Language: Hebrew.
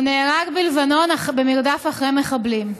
הוא נהרג בלבנון במרדף אחרי מחבלים.